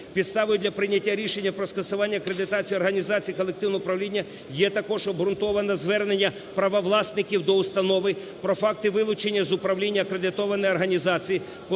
Підставою для прийняття рішення про скасування акредитації організації колективного управління є також обґрунтоване звернення правовласників до установи про факти вилучення з управління акредитованої організації